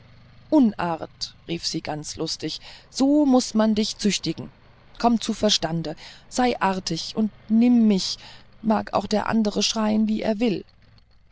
unart rief sie dabei ganz lustig so muß man dich züchtigen komm zu verstande sei artig und nimm mich mag auch der andere schreien wie er will